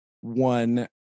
one